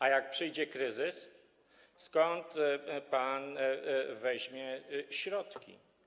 A jak przyjdzie kryzys, skąd pan weźmie środki?